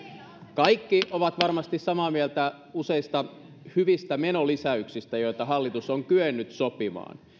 kaikki ovat varmasti samaa mieltä useista hyvistä menolisäyksistä joita hallitus on kyennyt sopimaan